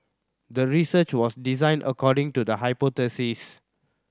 the research was designed according to the hypothesis